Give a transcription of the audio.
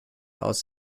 aus